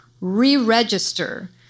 re-register